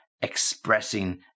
expressing